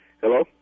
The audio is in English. Hello